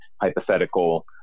hypothetical